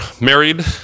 married